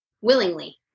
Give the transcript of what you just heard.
willingly